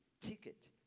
ticket